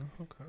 okay